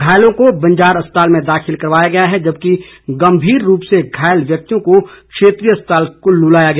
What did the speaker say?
घायलों को बंजार अस्पताल में दाखिल करवाया गया है जबकि गंभीर रूप से घायल व्यक्तियों को क्षेत्री अस्पताल कुल्लू लाया गया